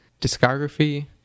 discography